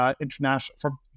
international